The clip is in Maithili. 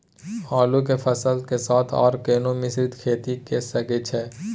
आलू के फसल के साथ आर कोनो मिश्रित खेती के सकैछि?